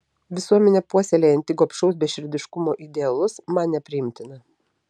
visuomenė puoselėjanti gobšaus beširdiškumo idealus man nepriimtina